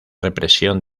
represión